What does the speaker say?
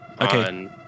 Okay